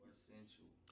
Essential